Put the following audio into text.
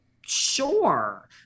sure